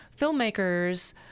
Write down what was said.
filmmakers